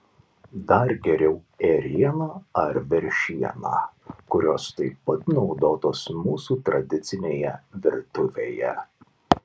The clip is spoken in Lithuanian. dar geriau ėriena ar veršiena kurios taip pat naudotos mūsų tradicinėje virtuvėje